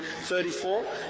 34